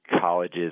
colleges